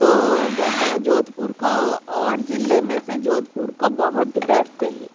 तो बहुत जोधपुर को और जिले में से जोधपुर को बहुत डरते है